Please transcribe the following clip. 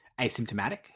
asymptomatic